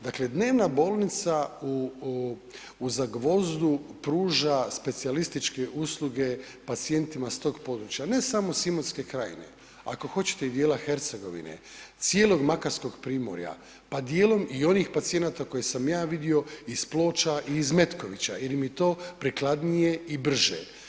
Dakle dnevna bolnica u Zagvozdu pruža specijalističke usluge pacijentima s tog područja, ne samo s Imotske krajine, ako hoćete i dijela Hercegovine, cijelog Makarskog primorja, pa dijelom i onih pacijenata koje sam ja vidio iz Ploča i iz Metkovića jer im je to prikladnije i brže.